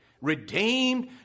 Redeemed